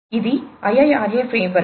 ఇది IIRA framework